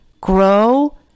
grow